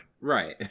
Right